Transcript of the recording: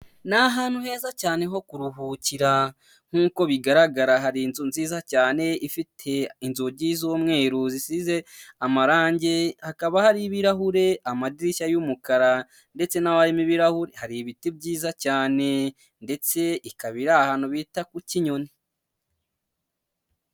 Ni ahantu heza cyane ho kuruhukira nk'uko bigaragara hari inzu nziza cyane ifite inzugi z'umweru zisize amarange, hakaba hariho ibirahure, amadirishya y'umukara ndetse n'aho harimo ibirahure, hari ibiti byiza cyane ndetse ikaba iri ahantu bita ku Kinyoni.